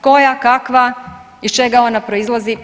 Koja, kakva, iz čega ona proizlazi?